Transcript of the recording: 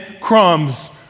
crumbs